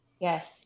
Yes